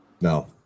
no